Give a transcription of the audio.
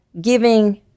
giving